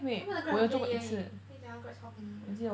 他们的 Grab 很便宜而已跟你讲那个 Grab 超便宜